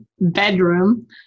bedroom